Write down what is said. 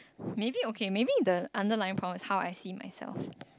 maybe okay maybe the underlying problem is how I see myself